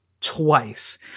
twice